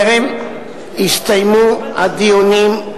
טרם הסתיימו הדיונים,